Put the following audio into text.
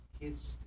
kids